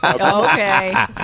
Okay